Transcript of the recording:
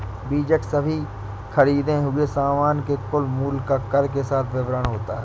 बीजक सभी खरीदें हुए सामान के कुल मूल्य का कर के साथ विवरण होता है